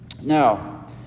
Now